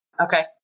okay